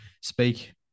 speak